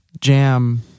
jam